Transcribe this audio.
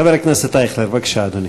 חבר הכנסת אייכלר, בבקשה, אדוני.